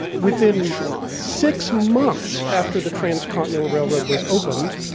within six months after the transcontinental railroad was opened,